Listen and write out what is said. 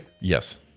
Yes